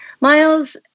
miles